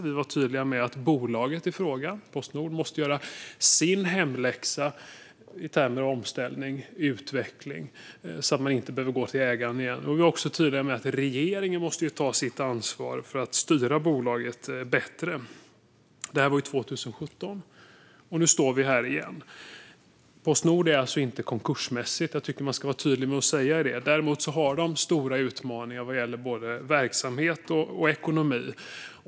Vi var tydliga med att bolaget i fråga, Postnord, måste göra sin hemläxa i termer av omställning och utveckling, så att man inte behövde gå till ägaren igen. Vi var också tydliga med att regeringen måste ta sitt ansvar för att styra bolaget bättre. Det här var 2017, och nu står vi här igen. Postnord är alltså inte konkursmässigt, och jag tycker att man ska vara tydlig med att säga det. Däremot har de stora utmaningar vad gäller både verksamhet och ekonomi.